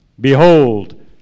Behold